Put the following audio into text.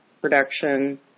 production